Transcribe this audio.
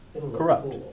corrupt